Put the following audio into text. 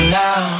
now